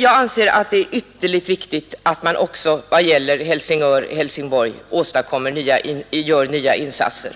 Jag anser att det är ytterst viktigt att man också gör nya insatser när det gäller Helsingborg-Helsingör.